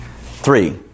Three